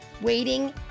waiting